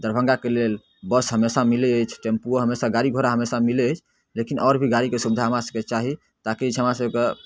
दरभंगाके लेल बस हमेशा मिलै अछि टैम्पुओ हमेशा गाड़ी घोड़ा हमेशा मिलै अछि लेकिन आओर भी गाड़ी के सुविधा हमरा सभके चाही तऽ किछु हमरा सभके